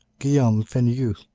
guillaume feniou.